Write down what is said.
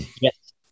Yes